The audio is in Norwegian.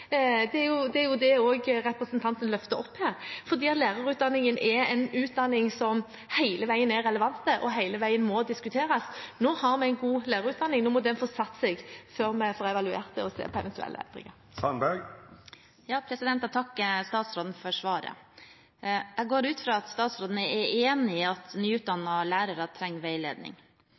det er jo også det representanten løfter opp her, for lærerutdanningen er en utdanning som hele veien er relevant, og hele veien må diskuteres. Nå har vi en god lærerutdanning, og nå må den få satt seg før vi får evaluert den og ser på eventuelle endringer. Jeg takker statsråden for svaret. Jeg går ut fra at statsråden er enig i at nyutdannede lærere trenger veiledning.